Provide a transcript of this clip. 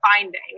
finding